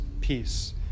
peace